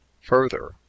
Further